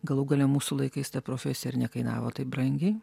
galų gale mūsų laikais ta profesija ir nekainavo taip brangiai